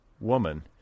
woman